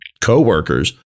coworkers